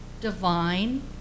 divine